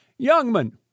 Youngman